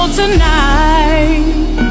tonight